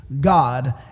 God